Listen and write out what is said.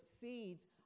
seeds